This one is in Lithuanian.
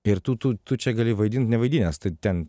ir tu tu tu čia gali vaidint nevaidinęs tai ten